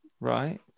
right